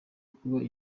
kuba